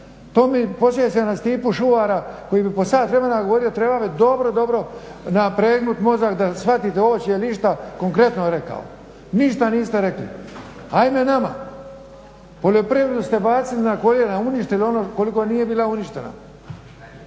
To me podsjeća na Stipu Šuvara koji bi po sat vremena govorio trebalo bi dobro, dobro napregnut mozak da shvatite, …/Govornik se ne razumije./… konkretno rekao. Ništa niste rekli. Hajme nama! Poljoprivredu ste bacili na koljena, uništeno ono koliko nije bila uništena!